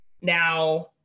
Now